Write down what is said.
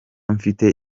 mfite